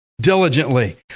diligently